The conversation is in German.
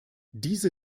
diese